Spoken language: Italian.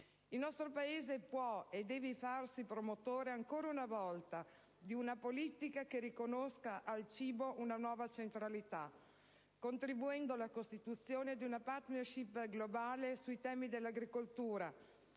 Il nostro Paese può e deve farsi promotore ancora una volta di una politica che riconosca al cibo una nuova centralità, contribuendo alla costituzione di una *partnership* globale sui temi dell'agricoltura,